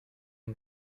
une